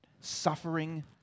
suffering